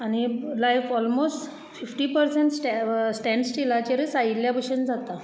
आनी life almost fifty percent स्टॅ व स्टॅण्ड स्टिलाचेरूच आयिल्ल्या भशेन जाता